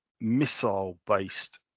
missile-based